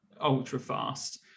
ultra-fast